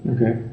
Okay